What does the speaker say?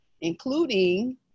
including